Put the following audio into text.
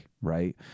right